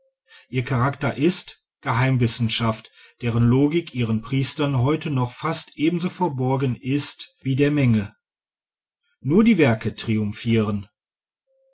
ihr charakter ist geheimwissenschaft deren logik ihren priestern heute noch fast ebenso verborgen ist wie der menge nur die werke